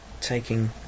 taking